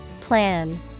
Plan